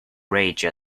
rage